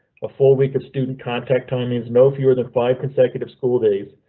a full week of student contact time means no fewer than five consecutive school days.